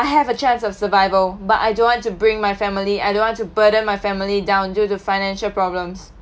I have a chance of survival but I don't want to bring my family I don't want to burden my family down due to financial problems